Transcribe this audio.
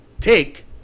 take